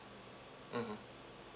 mmhmm